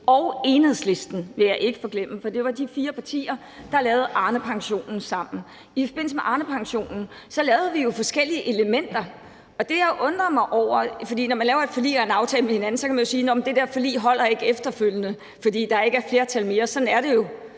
og Enhedslisten ikke at forglemme, for det var de fire partier, der lavede Arnepensionen sammen. I forbindelse med Arnepensionen lavede vi jo forskellige elementer, og når man laver et forlig og en aftale med hinanden, kan man efterfølgende sige, at et forlig ikke holder længere, fordi der ikke er flertal mere. Sådan er det jo